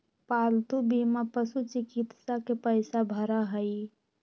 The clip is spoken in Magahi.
पालतू बीमा पशुचिकित्सा के पैसा भरा हई